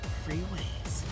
freeways